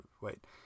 wait